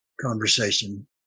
conversation